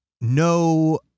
no